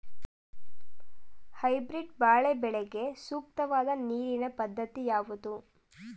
Hybrid ಬಾಳೆ ಬೆಳೆಗೆ ಸೂಕ್ತವಾದ ನೀರಿನ ಪದ್ಧತಿ ಯಾವುದು?